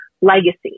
legacy